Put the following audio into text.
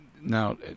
Now